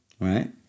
right